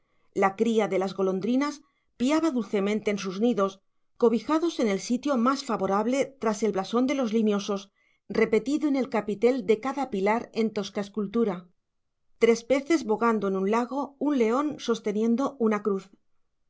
la cría de las golondrinas piaba dulcemente en sus nidos cobijados en el sitio más favorable tras el blasón de los limiosos repetido en el capitel de cada pilar en tosca escultura tres peces bogando en un lago un león sosteniendo una cruz